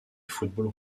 football